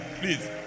Please